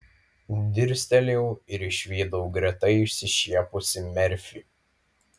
dirstelėjau ir išvydau greta išsišiepusį merfį